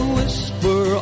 whisper